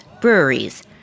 breweries